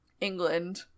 england